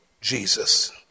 Jesus